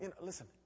Listen